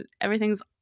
everything's